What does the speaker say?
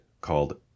called